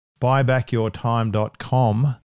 buybackyourtime.com